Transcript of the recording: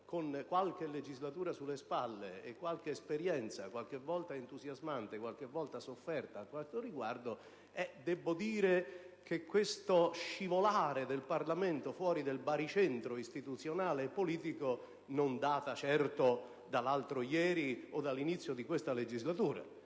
con qualche legislatura sulle spalle e qualche esperienza, qualche volta entusiasmante, qualche volta sofferta, a questo riguardo, debbo rispondere che questo scivolare del Parlamento fuori dal baricentro istituzionale e politico non risale certo all'altro ieri o all'inizio di questa legislatura.